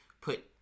put